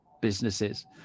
businesses